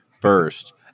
first